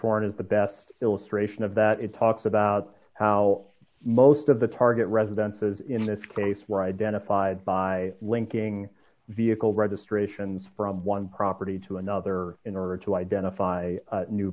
warrant is the best illustration of that it talks about how most of the target residences in this case were identified by linking vehicle registrations from one property to another in order to identify